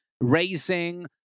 raising